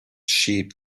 sheep